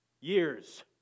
years